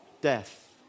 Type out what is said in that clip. Death